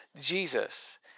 Jesus